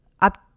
up